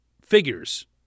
figures